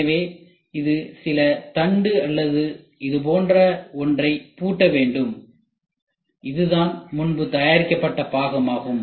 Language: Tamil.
எனவே இது சில தண்டு அல்லது இது போன்ற ஒன்றை பூட்ட வேண்டும் எனவே இதுதான் முன்பு தயாரிக்கப்பட்ட பாகமாகும்